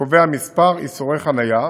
וקובע כמה איסורי חניה